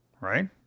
right